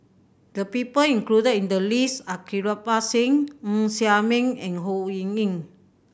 the people included in the list are Kirpal Singh Ng Ser Miang and Ho Ying Ying